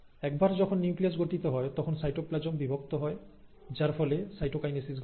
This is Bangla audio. একবার যখন নিউক্লিয়াস গঠিত হয় তখন সাইটোপ্লাজম বিভক্ত হয় যার ফলে সাইটোকাইনেসিস ঘটে